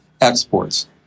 exports